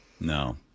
No